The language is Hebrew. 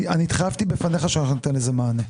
אני התחייבתי בפניך שאנחנו ניתן לזה מענה.